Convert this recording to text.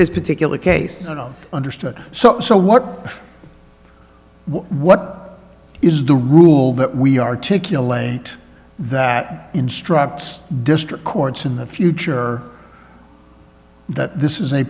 this particular case at all understood so so what what is the rule that we articulate that instructs district courts in the future that this is a